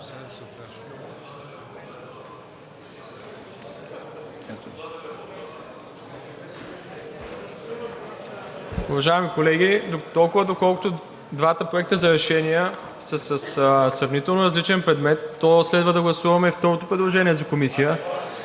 Уважаеми колеги, дотолкова, доколкото двата проекта за решение са със сравнително различен предмет, то следва да гласуваме и второто предложение за комисия,